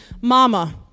Mama